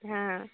হ্যাঁ